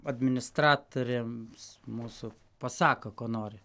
administratoriams mūsų pasako ko nori